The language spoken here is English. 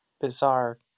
bizarre